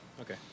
Okay